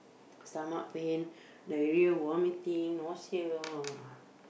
stomach pain diarrhoea vomiting nausea all